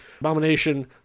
abomination